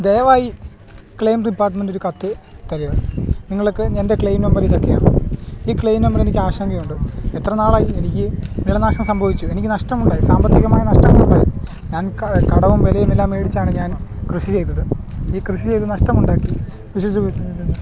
ദയവായി claim department ഒരു കത്ത് തരിക നിങ്ങൾക്ക് എൻ്റെ ക്ലെയിം നമ്പർ ഇതൊക്കെയാണ് ഈ ക്ലെയിം നമ്പർ എനിക്ക് ആശങ്കയുണ്ട് എത്ര നാളായി എനിക്ക് വിളനാശം സംഭവിച്ചു എനിക്ക് നഷ്ടമുണ്ടായി സാമ്പത്തികമായി നഷ്ടങ്ങൾ ഉണ്ടായി ഞാൻ കടവും വിലയും എല്ലാം മേടിച്ചാണ് ഞാൻ കൃഷി ചെയ്തത് ഈ കൃഷി ചെയ്തു നഷ്ടമുണ്ടാക്കി